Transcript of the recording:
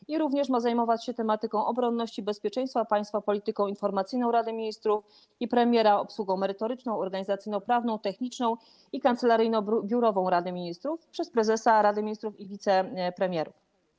Ma się również zajmować tematyką obronności, bezpieczeństwa państwa, polityką informacyjną Rady Ministrów i premiera, obsługą merytoryczną, organizacyjno-prawną, techniczną i kancelaryjno-biurową Rady Ministrów, prezesa Rady Ministrów i wicepremierów.